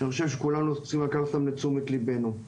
שאני חושב שכולנו צריכים לקחת אותם לתשומת ליבנו.